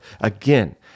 Again